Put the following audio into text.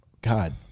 God